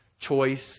choice